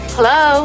Hello